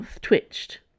twitched